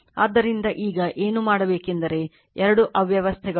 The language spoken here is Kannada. ಆದ್ದರಿಂದ ಈಗ ಏನು ಮಾಡಬೇಕೆಂದರೆ 2 ಅವ್ಯವಸ್ಥೆಗಳು ಇವೆ